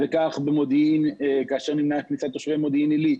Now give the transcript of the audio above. כך במודיעין כאשר נמנעה כניסת תושבי מודיעין עילית.